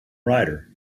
writer